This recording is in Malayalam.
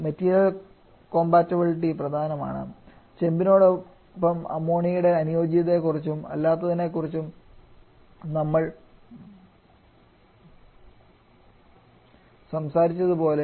മെറ്റീരിയൽ കോംപാറ്റിബിളിറ്റി പ്രധാനമാണ് ചെമ്പിനൊപ്പം അമോണിയയുടെ അനുയോജ്യതയെകുറിച്ചും അല്ലാത്തതിനെകുറിച്ചും നമ്മൾ സംസാരിച്ചതുപോലെ